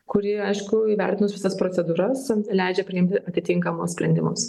kuri aišku įvertinus visas procedūras leidžia priimti atitinkamus sprendimus